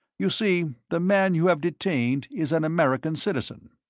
you see, the man you have detained is an american citizen.